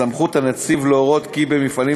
כיום למתנדבי הרשות נתונות הסמכויות הנתונות לכבאי,